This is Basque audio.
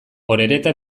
orereta